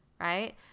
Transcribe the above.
right